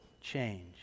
change